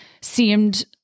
seemed